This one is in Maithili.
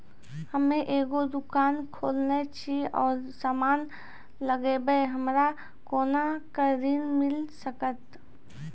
हम्मे एगो दुकान खोलने छी और समान लगैबै हमरा कोना के ऋण मिल सकत?